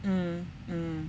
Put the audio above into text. mm mm